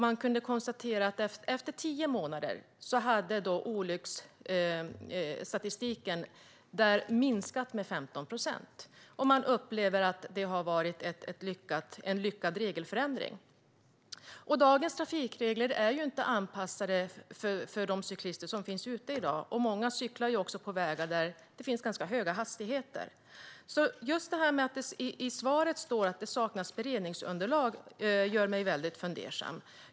Man kunde konstatera att efter tio månader hade olycksstatistiken minskat med 15 procent, och man upplever att det har varit en lyckad regelförändring. Dagens trafikregler är inte anpassade för de cyklister som finns ute i dag. Många cyklar också på vägar där det finns ganska höga hastigheter. Det gör mig väldigt fundersam att det sägs i svaret att det saknas beredningsunderlag.